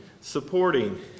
supporting